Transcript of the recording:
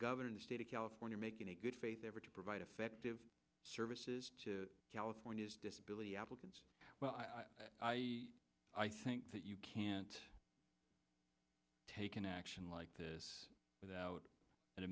governor the state of california making a good faith effort to provide effective services to california's disability applicants well i think that you can't take an action like this without at a